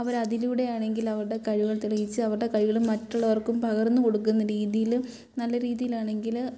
അവരതിലൂടെ ആണെങ്കിൽ അവരുടെ കഴിവുകൾ തെളിയിച്ച് അവരുടെ കഴിവുകൾ മറ്റുള്ളവർക്കും പകർന്ന് കൊടുക്കുന്ന രീതിയിലും നല്ല രീതിയിലാണെങ്കിൽ